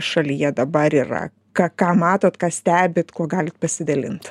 šalyje dabar yra ką ką matot ką stebit kuo galit pasidalint